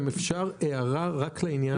אם אפשר הערה רק לעניין הזה.